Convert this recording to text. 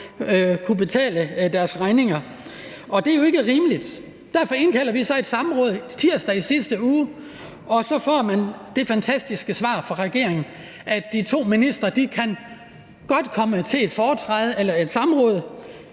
kunne betale deres regninger. Det er jo ikke rimeligt, og derfor indkaldte vi så til et samråd tirsdag i sidste uge. Og så får man det fantastiske svar fra regeringen, at de to ministre godt kan komme til et samråd